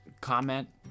comment